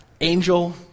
Angel